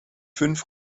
fünf